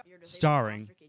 starring